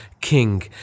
king